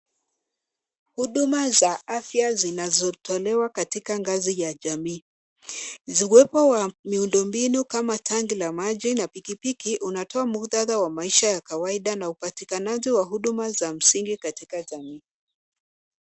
Huduma za afya zinazotolewa katika ngazi ya jamii. Uwepo wa miundo mbinu kama tangi la maji na pikipiki, unatoa muktadha wa maisha ya kawaida na upatikanaji wa huduma za msingi katika jamii.